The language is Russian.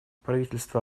правительство